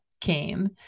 came